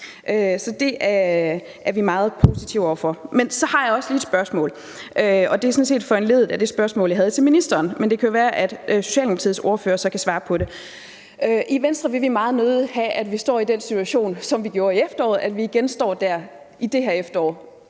så det er vi meget positive over for. Så har jeg også lige et spørgsmål, og det er sådan set foranlediget af det spørgsmål, jeg havde til ministeren, og det kan jo være, at Socialdemokratiets ordfører kan svare på det. I Venstre vil vi meget nødig have, at vi står i den situation, som vi gjorde i efteråret, at vi igen står der i det her efterår,